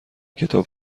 کتاب